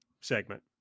segment